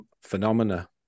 phenomena